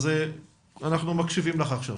אז אנחנו מקשיבים לך עכשיו.